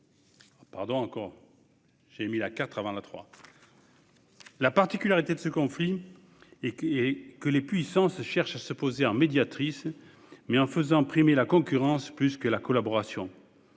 La particularité de ce conflit est que les puissances cherchent à se poser en médiatrices, mais en faisant primer la concurrence sur la collaboration,